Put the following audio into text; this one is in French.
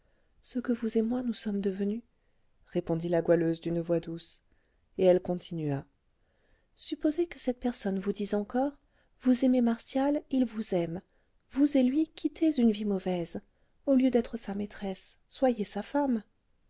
ce que vous et moi nous sommes devenues répondit la goualeuse d'une voix douce et elle continua supposez que cette personne vous dise encore vous aimez martial il vous aime vous et lui quittez une vie mauvaise au lieu d'être sa maîtresse soyez sa femme